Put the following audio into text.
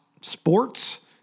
Sports